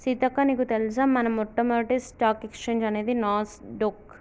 సీతక్క నీకు తెలుసా మన మొట్టమొదటి స్టాక్ ఎక్స్చేంజ్ అనేది నాస్ డొక్